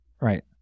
Right